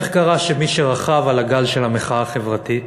איך קרה שמי שרכב על הגל של המחאה החברתית,